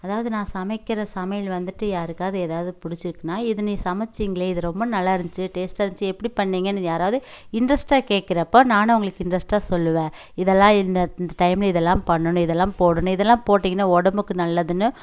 அதாவது நான் சமைக்கிற சமையல் வந்துட்டு யாருக்காவது எதாவது பிடிச்சிருக்குனா இதை நீ சமைச்சீங்களே இது ரொம்ப நல்லாருந்திச்சு டேஸ்டாக இருந்திச்சு எப்படி பண்ணீங்கனு யாராவது இன்ட்ரஸ்ட்டாக கேட்குறப்ப நானும் அவங்களுக்கு இன்ட்ரஸ்ட்டாக சொல்லுவேன் இதெலாம் இந்த டைம்ல இதெலாம் பண்ணணும் இதெலாம் போடணும் இதெலாம் போட்டிங்கனா உடம்புக்கு நல்லதுனு